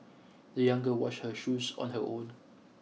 the young girl washed her shoes on her own